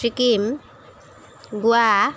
চিকিম গোৱা